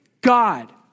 God